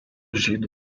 žydų